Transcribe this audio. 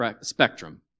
spectrum